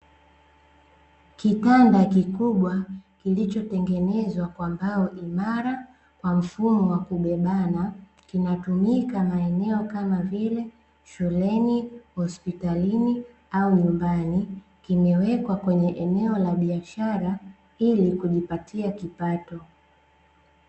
Kitanda kikubwa kilichotengenezwa kwa mbao imara kwa mfumo wa kubebana kinatumika maeneo kama vile shuleni, hospitalini au nyumbani. Kimewekwa kwenye eneo la biashara ili kujipatia kipato.